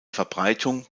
verbreitung